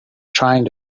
trying